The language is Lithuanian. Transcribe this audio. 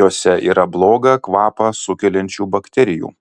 jose yra blogą kvapą sukeliančių bakterijų